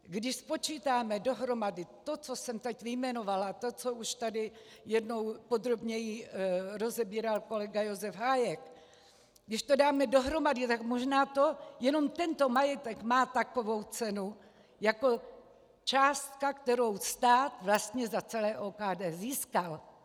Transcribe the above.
Když spočítáme dohromady to, co jsem teď vyjmenovala, to, co už tady jednou podrobněji rozebíral kolega Josef Hájek, když to dáme dohromady, tak možná jenom tento majetek má takovou cenu jako částka, kterou stát vlastně za celé OKD získal.